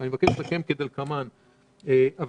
אני מבקש לסכם את הדיון כדלקמן.